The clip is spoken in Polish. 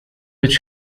być